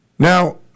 Now